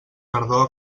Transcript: tardor